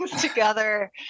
together